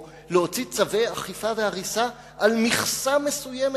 או להוציא צווי אכיפה והריסה על מכסה מסוימת.